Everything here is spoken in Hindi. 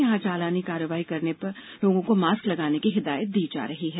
यहां चालानी कार्यवाही कर लोगों को मॉस्क लगाने की हिदायत दी जा रही है